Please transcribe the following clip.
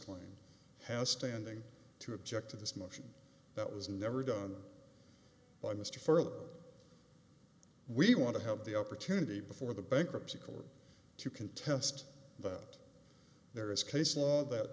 claim has standing to object to this motion that was never done by mr further we want to have the opportunity before the bankruptcy court to contest that there is case law that